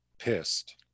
pissed